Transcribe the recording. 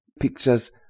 pictures